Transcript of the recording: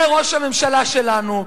זה ראש הממשלה שלנו,